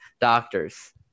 doctors